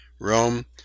Rome